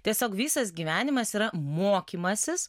tiesiog visas gyvenimas yra mokymasis